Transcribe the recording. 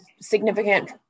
significant